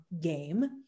game